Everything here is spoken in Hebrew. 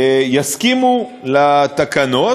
יסכימו לתקנות.